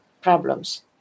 problems